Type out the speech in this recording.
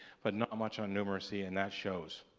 but not much on numeracy, and that shows.